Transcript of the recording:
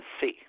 see